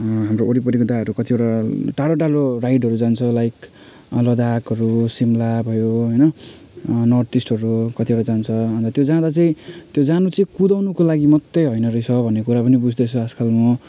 हाम्रो वरिपरि दाइहरू कतिवटा टाडो टाडो राइडहरू जान्छ लाइक लद्दाखहरू सिमला भयो होइन नर्थ इस्टहरू कतिवटा जान्छ अन्त त्यो जाँदा चाहिँ त्यो जान चाहिँ कुदाउनुको लागि मात्रै होइन रहेछ भन्ने कुरा पनि बुझ्दैछु आजकल म